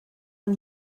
man